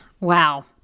Wow